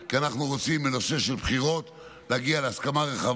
כי אנחנו רוצים בנושא של בחירות להגיע להסכמה רחבה